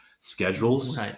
schedules